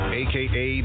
aka